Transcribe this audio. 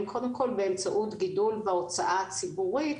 קודם כל באמצעות גידול בהוצאה הציבורית,